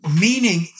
Meaning